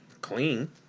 clean